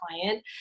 client